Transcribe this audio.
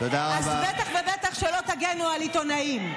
אז בטח ובטח שלא תגנו על עיתונאים.